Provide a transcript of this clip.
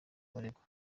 abaregwa